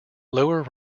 lower